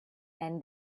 and